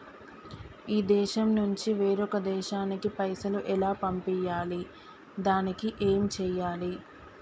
ఈ దేశం నుంచి వేరొక దేశానికి పైసలు ఎలా పంపియ్యాలి? దానికి ఏం చేయాలి?